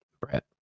Brett